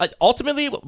Ultimately